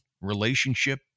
relationship